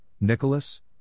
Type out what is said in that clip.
Nicholas